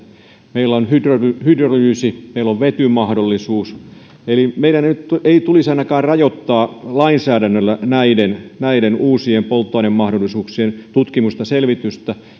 meillä on hydrolyysi hydrolyysi meillä on vetymahdollisuus eli meidän ei tulisi rajoittaa ainakaan lainsäädännöllä näiden näiden uusien polttoainemahdollisuuksien tutkimusta selvitystä